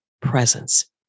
presence